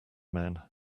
men